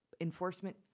Enforcement